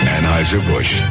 Anheuser-Busch